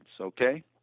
okay